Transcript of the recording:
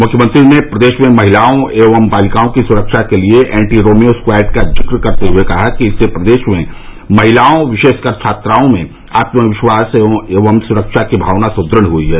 मुख्यमंत्री ने प्रदेश में महिलाओं एवं बालिकाओं की सुरक्षा के लिये एण्टी रोमियो स्क्यॉड का जिक करते हुए कहा कि इससे प्रदेश में महिलाओं विशेषकर छात्राओं में आत्मविश्वास एवं सुरक्षा की भावना सुदृढ़ हुई है